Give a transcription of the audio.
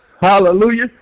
Hallelujah